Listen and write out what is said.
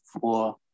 four